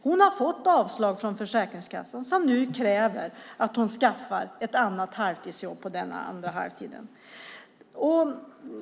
Hon har fått avslag från Försäkringskassan som kräver att hon skaffar ett annat halvtidsjobb på den andra halvtiden.